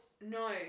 No